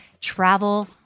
travel